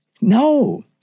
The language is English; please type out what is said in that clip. No